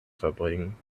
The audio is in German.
verbringen